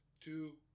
Two